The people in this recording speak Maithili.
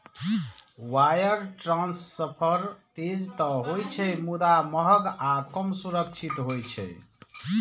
वायर ट्रांसफर तेज तं होइ छै, मुदा महग आ कम सुरक्षित होइ छै